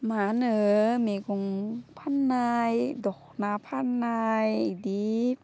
मा होनो मेगं फान्नाय दख'ना फान्नाय बिदि